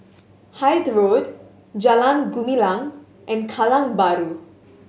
Hythe Road Jalan Gumilang and Kallang Bahru